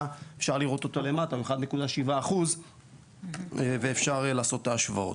הוא 1.7% ואפשר לעשות את ההשוואות.